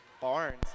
Barnes